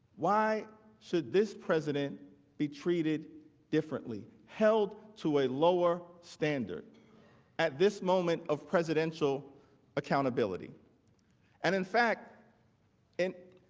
why should this president be treated differently held to a lower standard at this moment of presidential accountability and in fact in